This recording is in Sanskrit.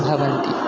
भवन्ति